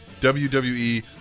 WWE